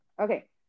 Okay